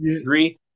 agree